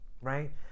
right